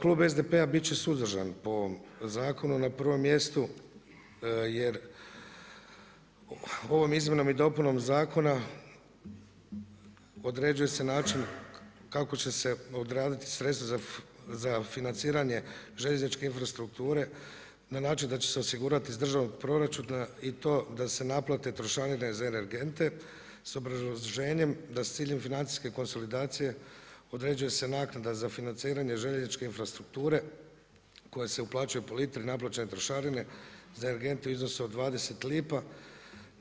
Klub SDP-a biti će suzdržan po ovom zakonu na prvom mjestu, jer ovom izmjenom i dopunom zakona, određuje se način kako će se odraditi sredstva za financiranje željezničke infrastrukture, na način da će se osigurati iz državnog proračuna i to da se naplate trošarine za energente, s obrazloženjem, da s ciljem financijske konsolidacije, određuje se naknada za financiranje željezničke infrastrukture, koja se uplaćuje po litri naplaćene trošarine, za energente u iznosu od 20 lipa,